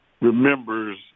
remembers